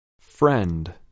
Friend